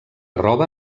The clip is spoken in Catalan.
roba